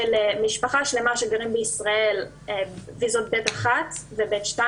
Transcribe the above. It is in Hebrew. של משפחה שלמה שגרה בישראל עם ויזות ב'1 ו-ב'2